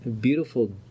beautiful